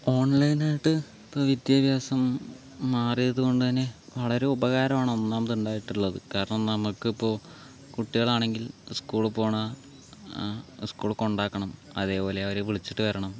ഓൺലൈനായിട്ട് ഇപ്പോൾ വിദ്യാഭ്യാസം മാറിയത് കൊണ്ടുതന്നെ വളരെ ഉപകാരമാണ് ഒന്നാമത് ഉണ്ടായിട്ടുള്ളത് കാരണം നമുക്കിപ്പോൾ കുട്ടികളാണെങ്കിൽ സ്കൂളിൽ പോവണ സ്കൂളിൽ കൊണ്ടാക്കണം അതേപോലെ അവരെ വിളിച്ചിട്ട് വരണം